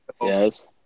Yes